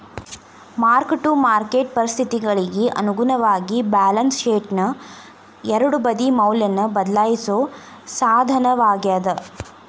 mark to market ಪರಿಸ್ಥಿತಿಗಳಿಗಿ ಅನುಗುಣವಾಗಿ balance ಶೇಟ್ನ ಎರಡೂ ಬದಿ ಮೌಲ್ಯನ ಬದ್ಲಾಯಿಸೋ ಸಾಧನವಾಗ್ಯಾದ